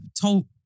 told